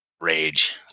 rage